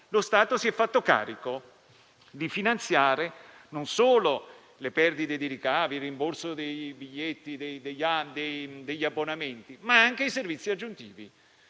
lo Stato si è fatto carico di finanziare non solo le perdite dei ricavi e il rimborso dei biglietti e degli abbonamenti, ma anche i servizi aggiuntivi,